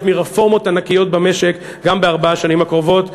מרפורמות ענקיות במשק גם בארבע השנים הקרובות.